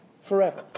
forever